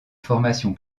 formation